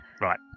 right